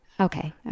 Okay